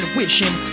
wishing